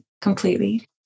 completely